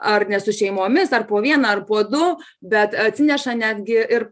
ar ne su šeimomis ar po vieną ar po du bet atsineša netgi ir